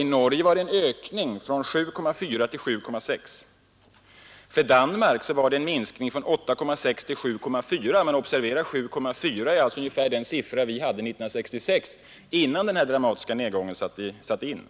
I Norge var det en ökning från 7,4 till 7,6 i Danmark var det en minskning från 8,6 till 7,4; det bör observeras att 7,4 är ungefär den siffra Sverige hade 1966, innan den dramatiska nedgången hade satt in.